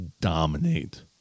dominate